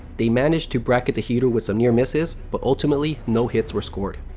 they managed to bracket the hiryu with some near misses, but ultimately, no hits were scored.